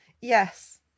Yes